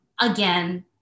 again